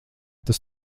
tas